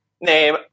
name